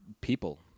people